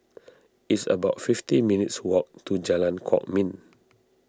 it's about fifty minutes' walk to Jalan Kwok Min